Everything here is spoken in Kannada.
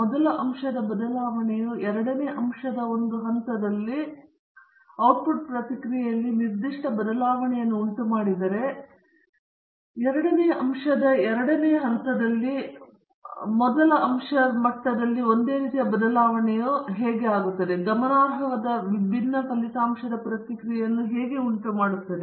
ಮೊದಲ ಅಂಶದ ಬದಲಾವಣೆಯು ಎರಡನೇ ಅಂಶದ ಒಂದು ಹಂತದಲ್ಲಿ ಔಟ್ಪುಟ್ ಪ್ರತಿಕ್ರಿಯೆಯಲ್ಲಿ ನಿರ್ದಿಷ್ಟ ಬದಲಾವಣೆಯನ್ನು ಉಂಟುಮಾಡಿದರೆ ಎರಡನೆಯ ಅಂಶದ ಎರಡನೆಯ ಹಂತದಲ್ಲಿ ಮೊದಲ ಅಂಶ ಮಟ್ಟದಲ್ಲಿ ಒಂದೇ ರೀತಿಯ ಬದಲಾವಣೆಯು ಗಮನಾರ್ಹವಾದ ವಿಭಿನ್ನ ಫಲಿತಾಂಶದ ಪ್ರತಿಕ್ರಿಯೆಯನ್ನು ಉಂಟುಮಾಡುತ್ತದೆ